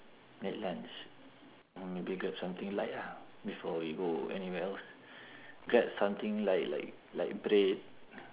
late lunch or maybe grab something light ah before we go anywhere else grab something light like like bread